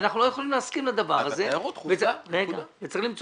אנחנו לא יכולים להסכים לדבר הזה וצריך למצוא